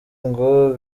ngo